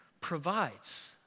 provides